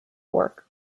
work